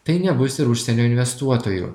tai nebus ir užsienio investuotojų